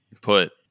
put